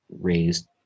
raised